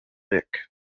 vic